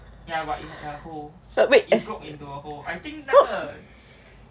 but wait as how